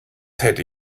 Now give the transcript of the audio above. hätte